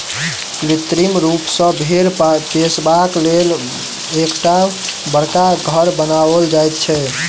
कृत्रिम रूप सॅ भेंड़ पोसबाक लेल एकटा बड़का घर बनाओल जाइत छै